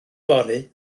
fory